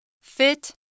fit